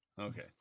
Okay